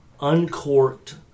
uncorked